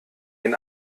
den